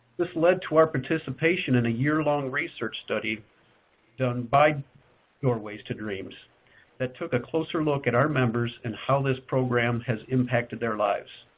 this led to our participation in a yearlong research study done by doorways to dreams that took a closer look at our members and how this program has impacted their lives.